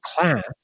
class